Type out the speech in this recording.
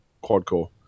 quad-core